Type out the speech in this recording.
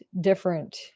different